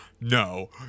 no